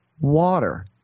water